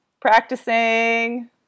practicing